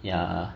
ya